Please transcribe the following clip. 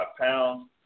pounds